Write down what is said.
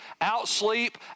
out-sleep